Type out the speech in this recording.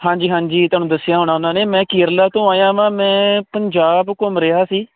ਹਾਂਜੀ ਹਾਂਜੀ ਤੁਹਾਨੂੰ ਦੱਸਿਆ ਹੋਣਾ ਉਹਨਾਂ ਨੇ ਮੈਂ ਕੇਰਲਾ ਤੋਂ ਆਇਆ ਵਾਂ ਮੈਂ ਪੰਜਾਬ ਘੁੰਮ ਰਿਹਾ ਸੀ